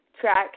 track